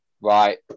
Right